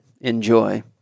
Enjoy